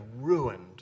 ruined